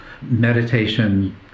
meditation